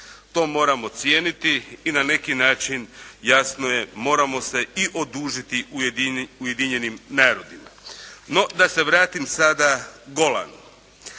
To moramo cijeniti i na neki način, jasno je, moramo se i odužiti Ujedinjenim narodima. No, da se vratim sada Golanu.